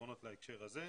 פתרונות להקשר הזה.